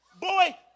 boy